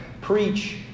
Preach